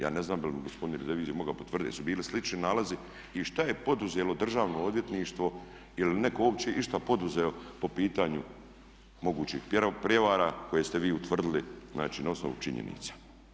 Ja ne znam bi li gospodin revizor mogao potvrditi jesu bili slični nalazi i što je poduzelo Državno odvjetništvo, je li netko uopće nešto poduzeo po pitanju mogućih prijevara koje ste vi utvrdili znači na osnovu činjenica?